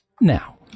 Now